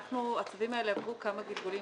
הצווים האלה עברו כמה גלגולים.